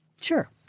Sure